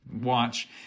watch